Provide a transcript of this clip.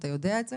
אתה יודע את זה,